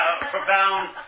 profound